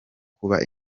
kuba